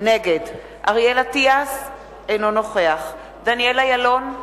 נגד אריאל אטיאס, אינו נוכח דניאל אילון,